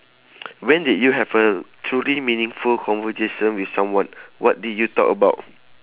when did you have a truly meaningful conversation with someone what did you talk about